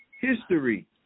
history